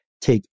take